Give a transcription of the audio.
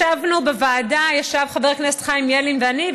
ישבנו בוועדה חבר הכנסת חיים ילין ואני,